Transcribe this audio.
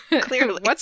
clearly